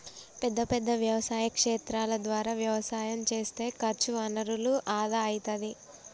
పెద్ద పెద్ద వ్యవసాయ క్షేత్రాల ద్వారా వ్యవసాయం చేస్తే ఖర్చు వనరుల ఆదా అయితది